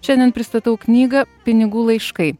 šiandien pristatau knygą pinigų laiškai